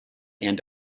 and